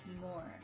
more